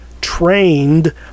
trained